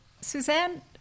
Suzanne